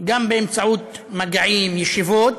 גם באמצעות מגעים, ישיבות,